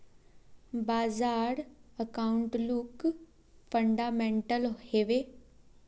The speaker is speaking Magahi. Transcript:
बाजार आउटलुक फंडामेंटल हैवै?